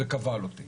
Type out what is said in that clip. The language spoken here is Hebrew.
כבל אותי